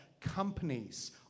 companies